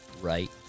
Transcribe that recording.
right